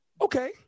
Okay